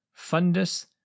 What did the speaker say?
fundus